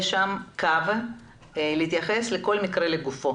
יש שם קו להתייחס לכל מקרה לגופו.